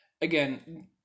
again